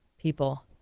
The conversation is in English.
people